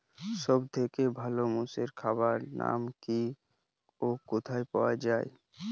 সব থেকে ভালো মোষের খাবার নাম কি ও কোথায় পাওয়া যায়?